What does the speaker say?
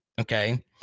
Okay